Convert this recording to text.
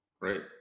Right